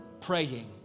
praying